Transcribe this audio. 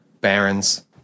Baron's